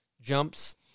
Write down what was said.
jumps